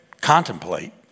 contemplate